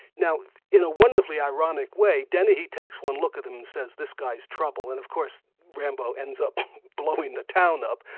now in a wonderfully ironic way denehey takes one look at him and says, this guy's trouble, and of course rambo ends up blowing the town up.